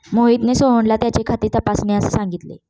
मोहितने सोहनला त्याचे खाते तपासण्यास सांगितले